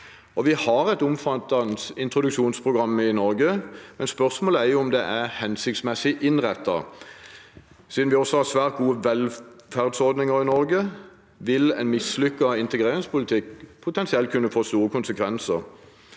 Vi har et omfattende introduksjonsprogram i Norge, men spørsmålet er om det er hensiktsmessig innrettet. Siden vi også har svært gode velferdsordninger i Norge, vil en mislykket integreringspolitikk potensielt kunne få store konsekvenser.